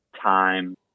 time